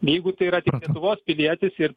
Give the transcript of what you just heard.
jeigu tai yra lietuvos pilietis ir